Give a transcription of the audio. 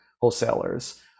wholesalers